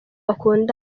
bakundana